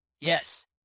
Yes